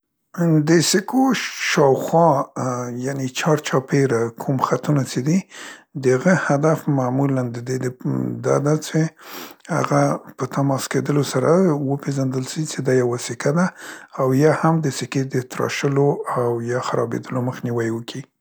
د سکو ش شاوخوا یعنې چارچاپیره کوم خطونه څې دي د هغه هدف معمولاً د دې پ د دا ده څې هغه په تماس کیدلو سره وپیژندل سي څې دا یوه سکه ده او یا هم د سکې د تراشلو او یا خربیدلو مخنیوي وکي.